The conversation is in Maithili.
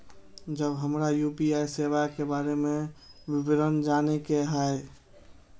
जब हमरा यू.पी.आई सेवा के बारे में विवरण जाने के हाय?